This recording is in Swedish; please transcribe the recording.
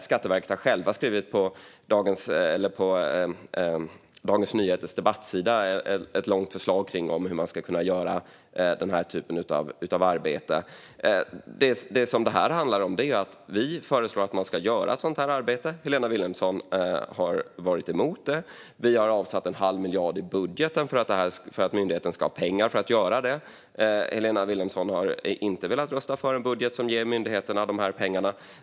Skatteverket har själva skrivit ett långt förslag på Dagens Nyheters debattsida om hur man skulle kunna göra den typen av arbete. Det här handlar om att vi föreslår att man ska göra ett sådant arbete. Helena Vilhelmsson har varit emot det. Vi har avsatt en halv miljard i budgeten för att myndigheten ska ha pengar för att göra det. Helena Vilhelmsson har inte velat rösta för en budget som ger myndigheterna de pengarna.